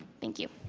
thank you.